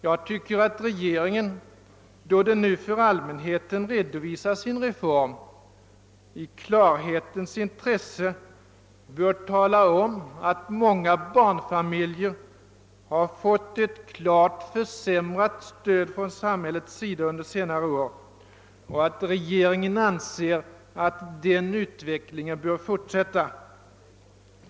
Jag tycker att regeringen i klarhetens intresse, då den nu för allmänheten reodvisar sin reform, bör tala om att många familjer har fått ett klart försämrat stöd från samhällets sida under senare år och att regringen anser att denna utveckling bör fortsätta.